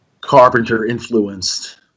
Carpenter-influenced